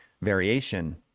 variation